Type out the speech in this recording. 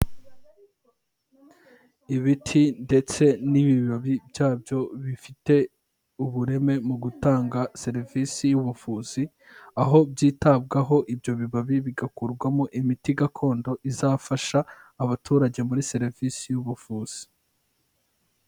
Ibiti ndetse n'ibibabi byabyo bifite ubureme mu gutanga serivisi y'ubuvuzi, aho byitabwaho ibyo bibabi bigakorwarwamo imiti gakondo izafasha, abaturage muri serivisi y'ubuvuzi.